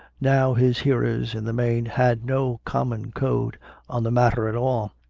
now his hearers, in the main, had no common code on the matter at all.